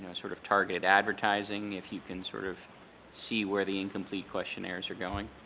ah sort of targeted advertising if you can sort of see where the incomplete questionnaires are going?